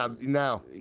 now—